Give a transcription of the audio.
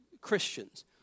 Christians